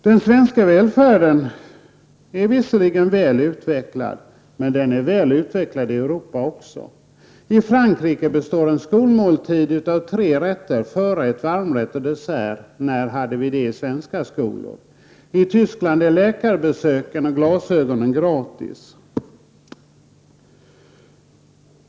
Den svenska välfärden är visserligen väl utvecklad, men den är också väl utvecklad i Europa. I förrätt, varmrätt och dessert. När hade vi det senast i svenska skolor? I Tyskland är läkarbesöken och glasögonen gratis.